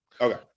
Okay